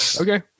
okay